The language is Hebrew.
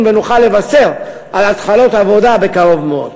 ונוכל לבשר על התחלות עבודה בקרוב מאוד.